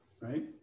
right